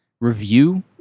review